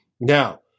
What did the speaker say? Now